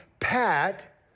Pat